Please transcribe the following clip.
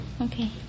Okay